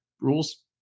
rules